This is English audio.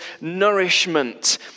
nourishment